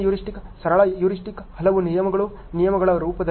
ಸರಳ ಹ್ಯೂರಿಸ್ಟಿಕ್ಸ್ ಹಲವು ನಿಯಮಗಳು ನಿಯಮಗಳ ರೂಪದಲ್ಲಿವೆ